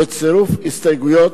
בצירוף הסתייגויות.